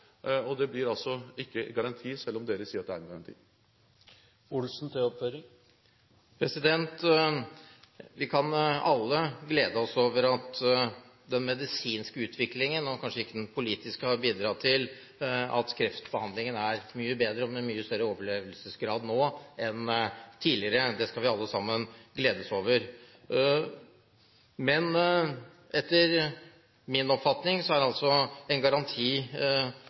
Det blir altså ikke garanti, selv om dere sier at det er en garanti. Vi kan alle glede oss over at den medisinske utviklingen, og kanskje ikke den politiske, har bidratt til at kreftbehandlingen er mye bedre og med mye større overlevelsesgrad nå enn tidligere – det skal vi alle sammen glede oss over. Men etter min oppfatning er altså en garanti,